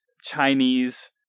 Chinese